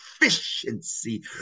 efficiency